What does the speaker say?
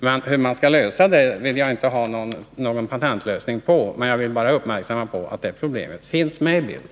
Jag har ingen patentlösning vad gäller det problemet — jag vill bara fästa uppmärksamheten på att det finns med i bilden.